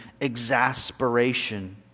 exasperation